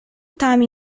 time